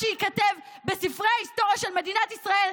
שייכתב בספרי ההיסטוריה של מדינת ישראל,